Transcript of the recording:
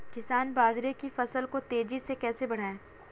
किसान बाजरे की फसल को तेजी से कैसे बढ़ाएँ?